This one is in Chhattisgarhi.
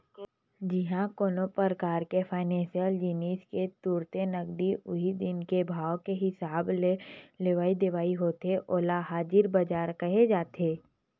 जिहाँ कोनो परकार फाइनेसियल जिनिस के तुरते नगदी उही दिन के भाव के हिसाब ले लेवई देवई होथे ओला हाजिर बजार केहे जाथे